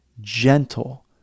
gentle